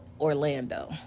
Orlando